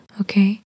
Okay